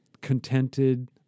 contented